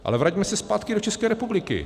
Ale vraťme se zpátky do České republiky.